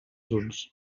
junts